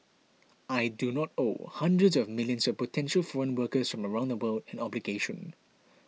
I do not owe hundreds of millions of potential foreign workers from around the world an obligation